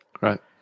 Right